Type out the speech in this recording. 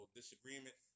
disagreement